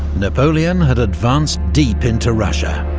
napoleon had advanced deep into russia,